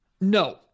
No